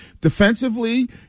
Defensively